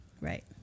right